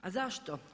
A zašto?